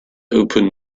open